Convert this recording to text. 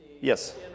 Yes